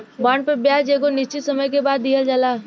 bond पर ब्याज एगो निश्चित समय के बाद दीहल जाला